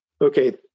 Okay